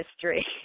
history